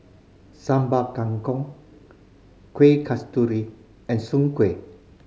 Sambal Kangkong Kuih Kasturi and soon kway